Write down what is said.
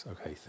Okay